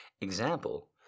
Example